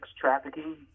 trafficking